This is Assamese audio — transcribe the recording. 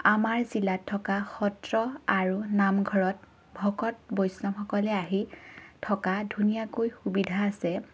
আমাৰ জিলাত থকা সত্ৰ আৰু নামঘৰত ভকত বৈষ্ণৱসকলে আহি থকা ধুনীয়াকৈ সুবিধা আছে